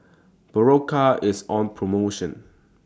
Berocca IS on promotion